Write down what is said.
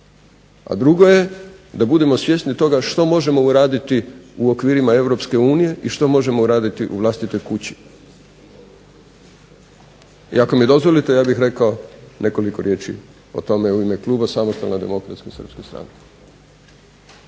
a drugo je da budemo svjesni toga što možemo uraditi u okvirima Europske unije i što možemo uraditi u vlastitoj kući. I ako mi dozvolite ja bih rekao nekoliko riječi o tome u ime kluba Samostalne demokratske srpske stranke.